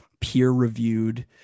peer-reviewed